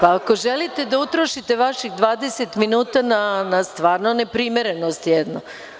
Ako želite da utrošite vaših 20 minuta na stvarno neprimerenost jednu.